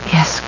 Yes